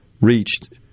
reached